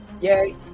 Yay